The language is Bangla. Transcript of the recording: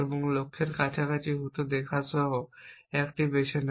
এবং লক্ষ্যের কাছাকাছি হতে দেখা সহ 1টি বেছে নেব